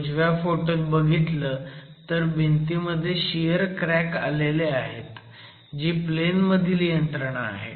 उजव्या फोटोत बघितलं तर भिंतीमध्ये शियर क्रॅक आलेले आहेत जी प्लेन मधील यंत्रणा आहे